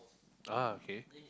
ah okay